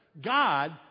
God